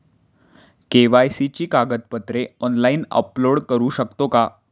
KYC ची कागदपत्रे online upload करू शकतो का?